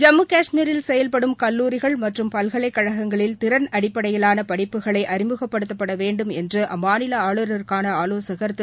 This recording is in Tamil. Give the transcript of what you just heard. ஜம்மு காஷ்மீரில் செயல்படும் கல்லூரிகள் மற்றும் பல்கலைக்கழகங்களில் திறன் அடிப்படையிலான பட்டப்படிப்புகளை அறிமுகப்படுத்தப்பட வேண்டும் என்று அம்மாநில ஆளுநருக்கான ஆலோசகர் திரு